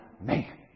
man